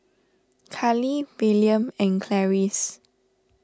Khalil Willam and Clarice